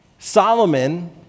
Solomon